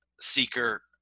seeker